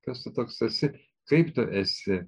kas tu toks esi kaip tu esi